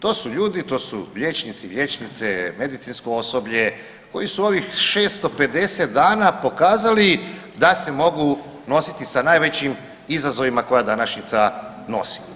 To su ljudi, to su liječnici, liječnice, medicinsko osoblje koji su ovih 650 dana pokazali da se mogu nositi sa najvećim izazovima koja današnjica nosi.